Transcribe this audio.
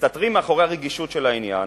מסתתרים מאחורי הרגישות של העניין